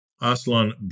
Aslan